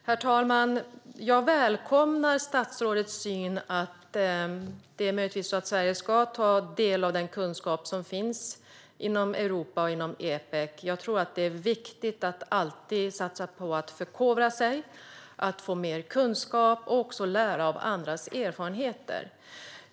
Herr talman! Jag välkomnar statsrådets syn på att Sverige ska ta del av den kunskap som finns i Europa och inom Epec. Jag tror att det är viktigt att alltid satsa på att förkovra sig, att få mer kunskap och även att lära av andras erfarenheter.